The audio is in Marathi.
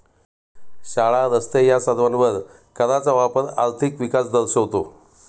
शाळा, रस्ते या सर्वांवर कराचा वापर आर्थिक विकास दर्शवतो